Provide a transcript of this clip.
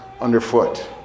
underfoot